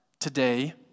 today